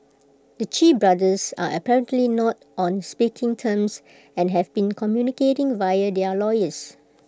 the Chee brothers are apparently not on speaking terms and have been communicating via their lawyers